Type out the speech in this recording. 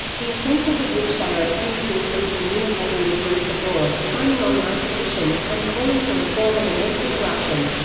the offences of which they are accused include communicating with groups abroad, signing online petitions, and calling for reform and an end to corruption.